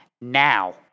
Now